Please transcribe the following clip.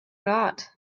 not